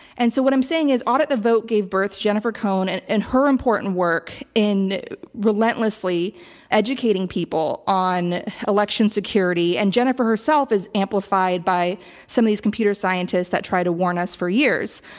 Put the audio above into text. and so what i'm saying is audit the vote gave birth to jennifer cohn and and her important work in relentlessly educating people on election security. and jennifer herself is amplified by some of these computer scientists that tried to warn us for years.